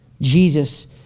Jesus